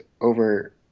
over